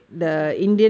freelance